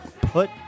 put